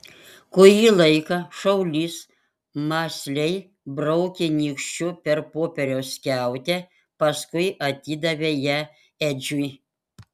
kurį laiką šaulys mąsliai braukė nykščiu per popieriaus skiautę paskui atidavė ją edžiui